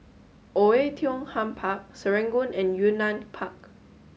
Oei Tiong Ham Park Serangoon and Yunnan Park